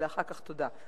זה לאחר כך, תודה.